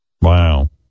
Wow